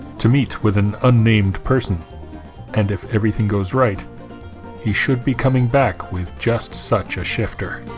to meet with an unnamed person and if everything goes right he should be coming back with just such a shifter